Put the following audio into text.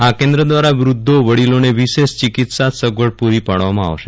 આ કેન્દ્ર દ્વારા વૃદ્ધો વડિલોને વિશેષ ચિકિત્સા સગવડ પૂરી પાડવામાં આવશે